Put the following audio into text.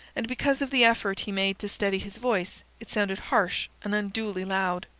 and because of the effort he made to steady his voice it sounded harsh and unduly loud.